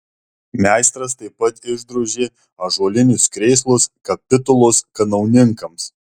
meistras taip pat išdrožė ąžuolinius krėslus kapitulos kanauninkams